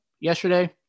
yesterday